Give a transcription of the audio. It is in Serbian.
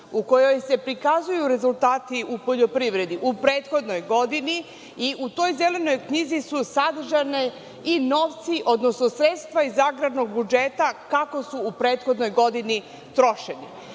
u kojoj se prikazuju rezultati u poljoprivredi u prethodnoj godini, i u toj Zelenoj knjizi su sadržani i novci, odnosno sredstva iz agrarnog budžeta kako su u prethodnoj godini trošeni.